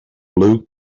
blue